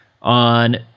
on